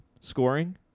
scoring